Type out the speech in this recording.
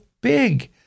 big